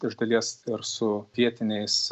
iš dalies ir su vietiniais